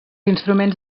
instruments